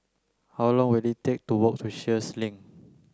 how long will it take to walk to Sheares Link